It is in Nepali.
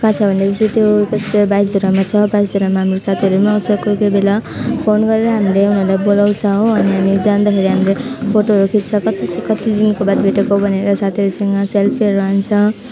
कहाँ छ भनेपछि त्यो बाइसझरामा छ बाइसझरामा हाम्रो साथीहरू पनि आउँछ कोही कोही बेला फोन गरेर हामीले उनीहरूलाई बोलाउँछ हो अनि हामीले जाँदाखेरि हामीले फोटोहरू खिच्छ कति से कतिदिनको बाद भेटेको भनेर साथीहरूसँग सेल्फीहरू हान्छ